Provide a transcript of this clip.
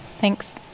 Thanks